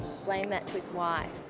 explain that to his wife.